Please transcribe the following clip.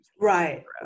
Right